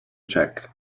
check